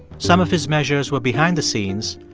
some of his measures were behind the scenes,